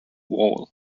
wall